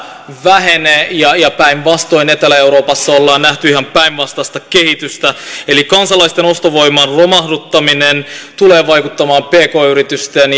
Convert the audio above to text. vähene ja ja päinvastoin etelä euroopassa ollaan nähty ihan päinvastaista kehitystä eli kansalaisten ostovoiman romahduttaminen tulee vaikuttamaan pk yritysten